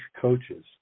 coaches